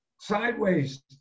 sideways